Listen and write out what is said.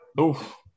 Oof